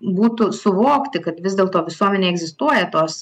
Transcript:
būtų suvokti kad vis dėlto visuomenėj egzistuoja tos